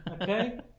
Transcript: Okay